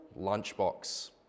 lunchbox